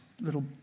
little